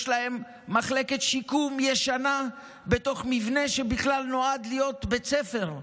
יש להם מחלקת שיקום ישנה בתוך מבנה שבכלל נועד להיות בית ספר,